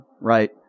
right